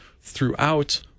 throughout